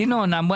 ינון,